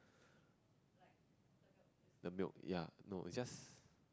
the milk ya no it's just